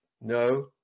No